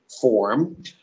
form